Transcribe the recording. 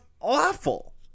awful